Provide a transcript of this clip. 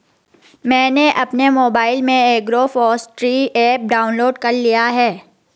मैंने अपने मोबाइल में एग्रोफॉसट्री ऐप डाउनलोड कर लिया है